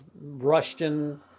Russian